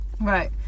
Right